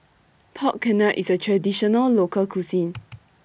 Pork Knuckle IS A Traditional Local Cuisine